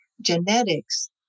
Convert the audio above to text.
genetics